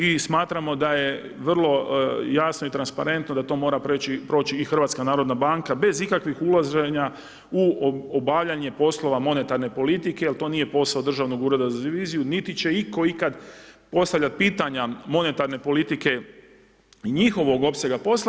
I smatramo da je vrlo jasno i transparentno da to mora proći i HNB bez ikakvih ulaženja u obavljanje poslova monetarne politike jer to nije posao državnog ureda za reviziju niti će itko ikad postavljati pitanja monetarne politike i njihovog opsega posla.